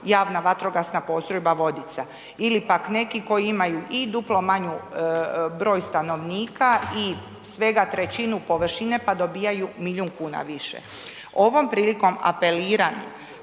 javna vatrogasna postrojba Vodica ili pak neki koji imaju i duplo manju, broj stanovnika i svega trećinu površine pa dobivaju milijun kuna više. Ovom prilikom apeliram